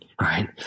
right